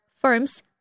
firms